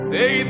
Say